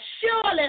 surely